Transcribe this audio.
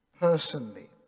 personally